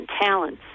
talents